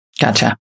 Gotcha